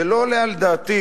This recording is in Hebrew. זה לא עולה על דעתי,